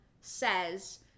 says